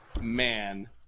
man